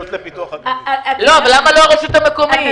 למה לא הרשות המקומית?